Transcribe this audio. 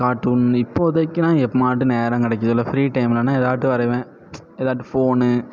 cartoon இப்போதைக்குனா எப்போமாட்டம் நேரம் கிடைக்கிதுல ஃப்ரீ டைம்லன்னா எதாட்டம் வரைவேன் எதாட்டம் ஃபோனு